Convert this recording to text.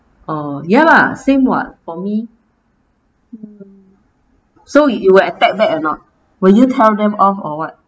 oh ya lah same [what] for me so you will attack back or not will you tell them off or what